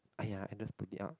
!aiya! I just put it up